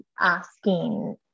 asking